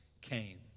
came